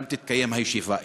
תתקיים הישיבה.